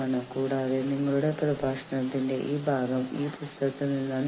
ഇത് ഒരു കൂട്ടം ജീവനക്കാർ ഒത്തുചേരുകയും ഒരു കൂട്ടായ്മ രൂപീകരിക്കുകയും ചെയുന്നതാണ്